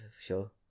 sure